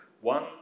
One